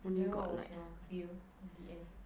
then what was your bill in the end